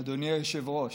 אדוני היושב-ראש,